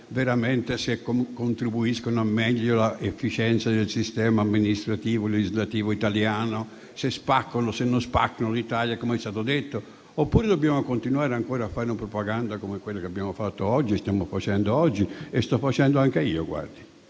essenziali; se contribuiscono al meglio all'efficienza del sistema amministrativo e legislativo italiano; se spaccano o meno l'Italia - come è stato detto - oppure dobbiamo continuare ancora a fare propaganda come quella che abbiamo e stiamo facendo oggi? La sto facendo anche io: mi